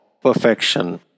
perfection